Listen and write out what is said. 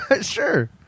Sure